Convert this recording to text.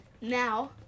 Now